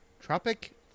Tropic